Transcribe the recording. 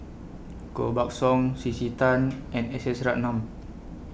Koh Buck Song C C Tan and S S Ratnam